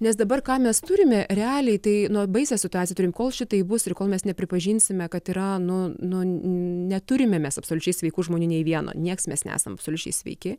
nes dabar ką mes turime realiai tai nu baisią situaciją turim kol šitaip bus ir kol mes nepripažinsime kad yra nu nu neturime mes absoliučiai sveikų žmonių nei vieno nieks mes nesam absoliučiai sveiki